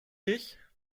dich